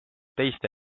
teiste